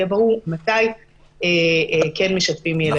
יהיה ברור מתי כן משתפים ילדים.